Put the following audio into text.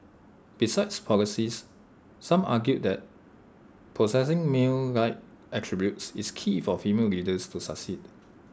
besides policies some argue that possessing male like attributes is key for female leaders to succeed